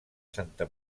santa